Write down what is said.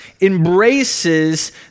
embraces